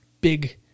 big